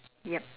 yup